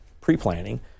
pre-planning